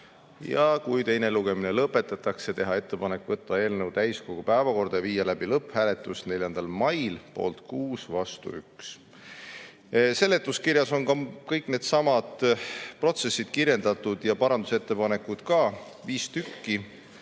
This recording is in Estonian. ja kui teine lugemine lõpetatakse, teha ettepanek võtta eelnõu täiskogu päevakorda ja viia läbi lõpphääletus 4. mail – poolt 6, vastu 1. Seletuskirjas on kõik needsamad protsessid kirjeldatud ja parandusettepanekud ka, viis tükki.